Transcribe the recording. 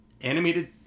animated